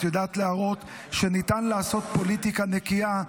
את יודעת להראות שניתן לעשות פוליטיקה נקייה.